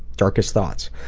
darkest thoughts?